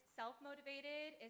self-motivated